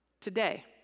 Today